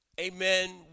amen